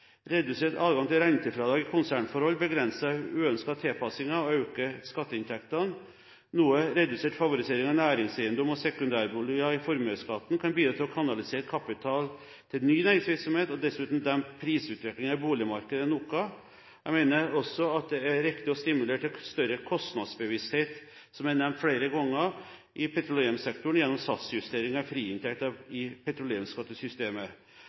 Redusert adgang til rentefradrag i konsernforhold begrenser uønskede tilpasninger og øker skatteinntektene. Noe redusert favorisering av næringseiendom og sekundærboliger i formuesskatten kan bidra til å kanalisere kapital til ny næringsvirksomhet og dessuten dempe prisutviklingen i boligmarkedet noe. Jeg mener også at det er riktig å stimulere til større kostnadsbevissthet – som jeg har nevnt flere ganger – i petroleumssektoren gjennom satsjusteringen i friinntekten i petroleumsskattesystemet,